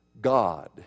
God